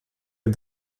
dem